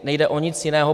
Nejde o nic jiného.